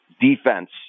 defense